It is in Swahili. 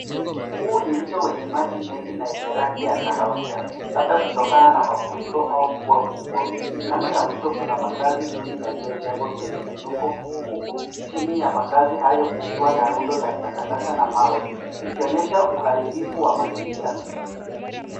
Huu ni mto wenye maji mengi na yenye rangi ya kahawia labda kutokana na mafuriko au mvua kubwa, kando ya mto kuna makaazi duni yaliyojengwa kwenye miunuko huku chini ya makaazi hayo kukiwa na rundo la takataka na mawe ikiononyesha uharibifu wa mazingira.